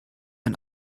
ein